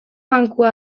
bankua